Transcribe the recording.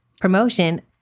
promotion